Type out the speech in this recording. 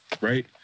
right